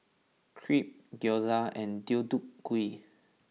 Crepe Gyoza and Deodeok Gui